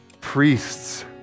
priests